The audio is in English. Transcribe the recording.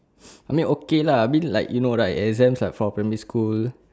I mean okay lah I mean like you know right exams are for primary school